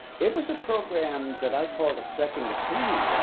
it was a program that i call it a second opinion